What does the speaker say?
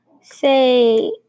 say